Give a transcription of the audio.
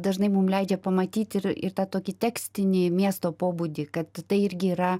dažnai mum leidžia pamatyt ir ir tą tokį tekstinį miesto pobūdį kad tai irgi yra